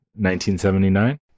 1979